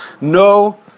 No